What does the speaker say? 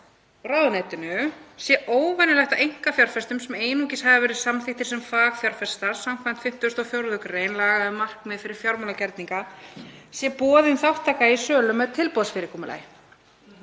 ráðuneytinu sé óvenjulegt að einkafjárfestum sem einungis hafi verið samþykktir sem fagfjárfestar, skv. 54. gr. laga um markaði fyrir fjármálagerninga, sé boðin þátttaka í sölu með tilboðsfyrirkomulagi.